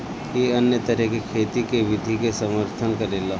इ अन्य तरह के खेती के विधि के समर्थन करेला